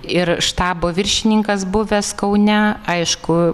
ir štabo viršininkas buvęs kaune aišku